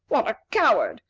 what a coward!